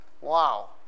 Wow